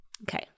Okay